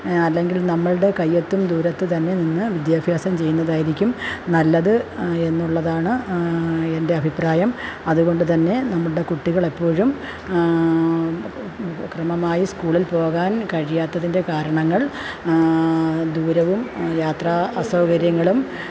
അല്ലെങ്കില് നമ്മളുടെ കയ്യെത്തും ദൂരത്ത് തന്നെ നിന്ന് വിദ്യാഭ്യാസം ചെയ്യുന്നതായിരിക്കും നല്ലത് എന്നുള്ളതാണ് എന്റെ അഭിപ്രായം അതുകൊണ്ടുതന്നെ നമ്മുടെ കുട്ടികളെപ്പോഴും ക്രമമായി സ്കൂളില് പോകാന് കഴിയാത്തതിന്റെ കാരണങ്ങള് ദൂരവും യാത്രാ അസൗകര്യങ്ങളും